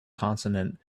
consonant